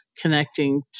connecting